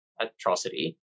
atrocity